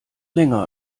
länger